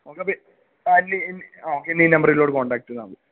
okay എന്നെ ഈ നമ്പറിലേക്ക് കോണ്ടാക്റ്റ് ചെയ്താല് മതി